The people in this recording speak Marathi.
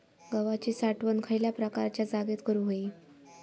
गव्हाची साठवण खयल्या प्रकारच्या जागेत करू होई?